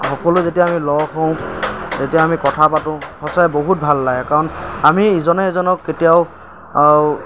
সকলো যেতিয়া আমি লগ হওঁ তেতিয়া আমি কথা পাতোঁ সঁচাই বহুত ভাল লাগে কাৰণ আমি ইজনে সিজনক কেতিয়াও